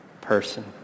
person